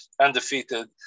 undefeated